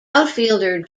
outfielder